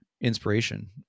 inspiration